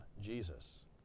Jesus